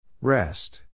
rest